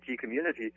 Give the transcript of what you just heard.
community